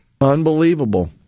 Unbelievable